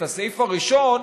את הסעיף הראשון,